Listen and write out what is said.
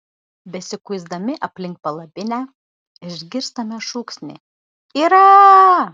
besikuisdami aplink palapinę išgirstame šūksnį yra